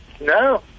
No